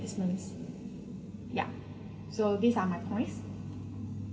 ya so these are my points